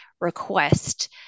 request